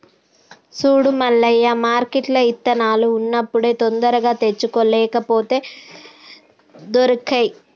సూడు మల్లయ్య మార్కెట్ల ఇత్తనాలు ఉన్నప్పుడే తొందరగా తెచ్చుకో లేపోతే దొరకై